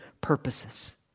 purposes